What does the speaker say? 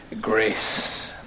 grace